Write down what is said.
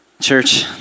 Church